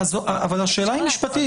השאלה היא משפטית,